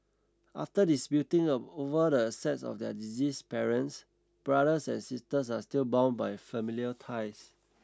after disputing of over the assets of their deceased parents brothers and sisters are still bound by familial ties